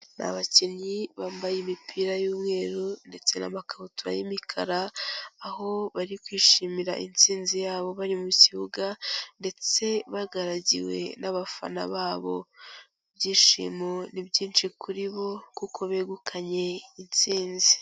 Ni abakinnyi bambaye imipira y'umweru ndetse n'amakabutura y'imikara, aho bari kwishimira intsinzi yabo bari mu kibuga ndetse bagaragiwe n'abafana babo. Ibyishimo ni byinshi kuri bo kuko begukanye intsinzi.